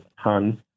ton